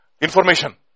information